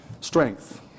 strength